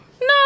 No